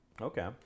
Okay